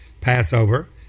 Passover